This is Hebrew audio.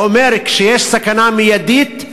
הוא אומר: כשיש סכנה מיידית,